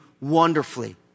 wonderfully